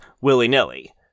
willy-nilly